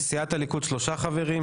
סיעת הליכוד שלושה חברים,